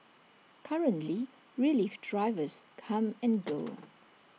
currently relief drivers come and go